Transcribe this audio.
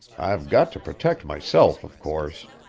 i've got to protect myself, of course.